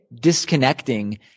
disconnecting